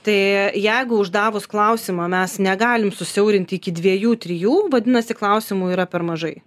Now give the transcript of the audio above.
tai jeigu uždavus klausimą mes negalim susiaurinti iki dviejų trijų vadinasi klausimų yra per mažai